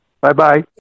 Bye-bye